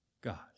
God